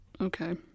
Okay